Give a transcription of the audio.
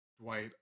Dwight